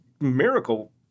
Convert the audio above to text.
miracle